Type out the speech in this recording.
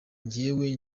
jyewe